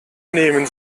nehmen